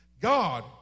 god